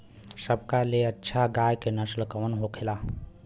सबका ले अच्छा गाय के नस्ल कवन होखेला?